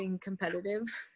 competitive